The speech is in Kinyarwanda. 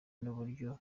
n’uburyo